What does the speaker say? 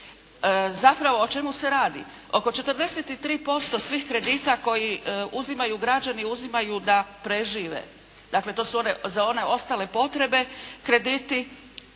Zapravo o čemu se radi? Oko 43% svih kredita koji uzimaju građani, uzimaju da prežive. Dakle to su za one ostale potrebe krediti